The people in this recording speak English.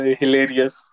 hilarious